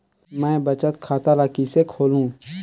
मैं बचत खाता ल किसे खोलूं?